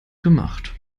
gemacht